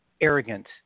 arrogant